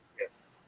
Yes